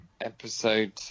episode